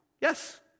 yes